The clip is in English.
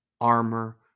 armor